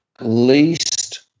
least